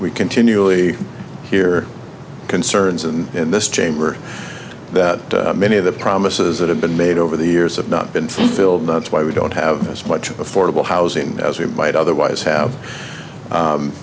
are continually here concerns and in this chamber many of the promises that have been made over the years have not been fulfilled that's why we don't have as much affordable housing as we might otherwise have